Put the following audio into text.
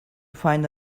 find